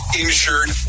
insured